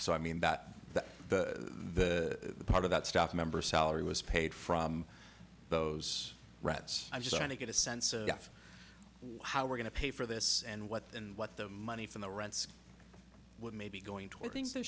so i mean that that the part of that staff member salary was paid from those rats i'm just trying to get a sense of how we're going to pay for this and what and what the money from the rents would maybe going toward the